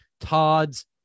Todd's